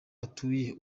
atuye